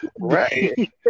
Right